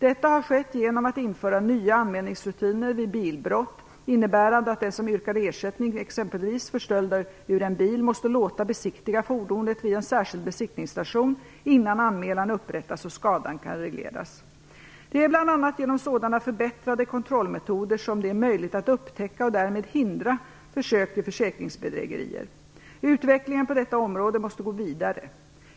Detta har skett genom att man har infört nya anmälningsrutiner vid bilbrott, innebärande att den som yrkar ersättning exempelvis för stöld ur en bil måste låta besiktiga fordonet vid en särskild besiktningsstation innan anmälan upprättas och skadan kan regleras. Det är bl.a. genom sådana förbättrade kontrollmetoder som det är möjligt att upptäcka och därmed hindra försök till försäkringsbedrägerier. Utvecklingen på detta område måste gå vidare.